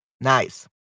Nice